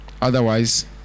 otherwise